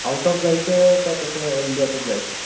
out of जायचं का कसं इंडियातच जायचं